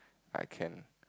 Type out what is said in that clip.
I can